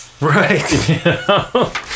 Right